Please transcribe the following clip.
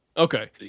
Okay